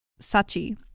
Sachi